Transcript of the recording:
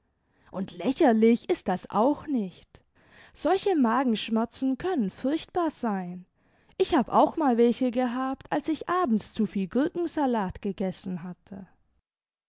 und lächerlich ist das auch nicht solche magenschmerzen können furchtbar sein ich hab auch mal welche gehabt als ich abtods zuviel gurkensalat gegessen hatte